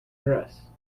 dress